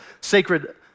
sacred